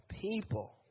people